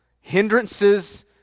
hindrances